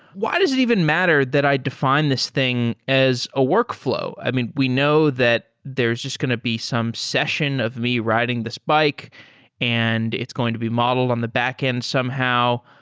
why does it even matter that i define this thing as a workflow? i mean, we know that there's just going to be some session of me riding this bike and it's going to be modeled on the backend somehow.